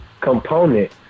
component